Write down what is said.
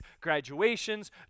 graduations